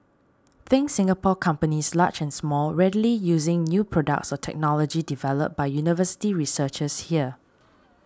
think Singapore companies large and small readily using new products or technology developed by university researchers here